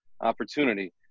opportunity